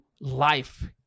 life